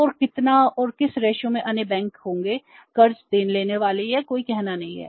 और कितना और किस अनुपात में अन्य बैंक होंगे कर्ज लेने वाले का कोई कहना नहीं है